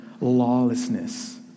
lawlessness